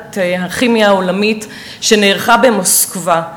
באולימפיאדת הכימיה העולמית שנערכה במוסקבה,